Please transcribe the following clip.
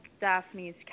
Daphne's